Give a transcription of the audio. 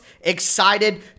excited